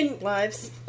lives